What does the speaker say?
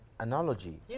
Analogy